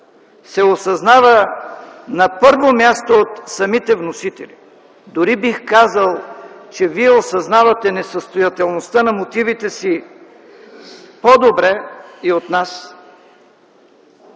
се осъзнава, на първо място, от самите вносители! Дори бих казал, че вие осъзнавате несъстоятелността на мотивите си по-добре и от нас.